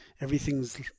Everything's